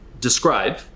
describe